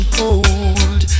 cold